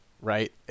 right